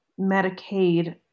Medicaid